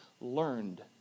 learned